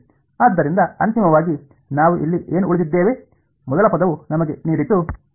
ಆದ್ದರಿಂದ ಅಂತಿಮವಾಗಿ ನಾವು ಇಲ್ಲಿ ಏನು ಉಳಿದಿದ್ದೇವೆ ಮೊದಲ ಪದವು ನಮಗೆ ನೀಡಿತು